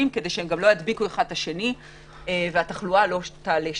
כדי שלא ידביקו אחד את השני והתחלואה לא תעלה שם.